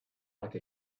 like